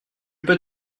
peux